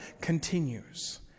continues